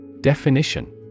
Definition